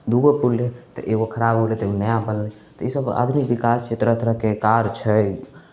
दू गो पुल रहय तऽ एगो खराब हो गेलै तऽ एगो नया बनलै तऽ इसभ आधुनिक विकास छै तरह तरहके कार छै